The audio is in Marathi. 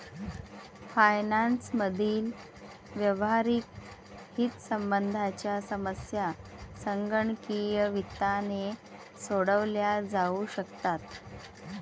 फायनान्स मधील व्यावहारिक हितसंबंधांच्या समस्या संगणकीय वित्ताने सोडवल्या जाऊ शकतात